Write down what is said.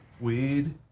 Weed